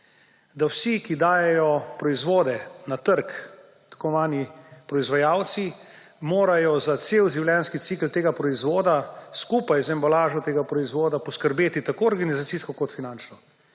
da vsi, ki dajejo proizvode na trg, tako imenovani proizvajalci, morajo za cel življenjski cikel tega proizvoda skupaj z embalažo tega proizvoda poskrbeti tako organizacijsko kot finančno.